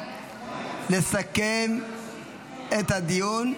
לסכם את הדיון.